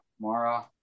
Mara